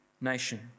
nation